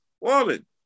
woman